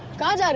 god.